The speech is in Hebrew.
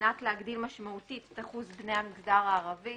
מנת להגדיל משמעותית את אחוז בני המגזר הערבי.